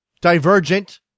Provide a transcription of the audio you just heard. divergent